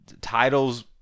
titles